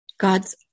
God's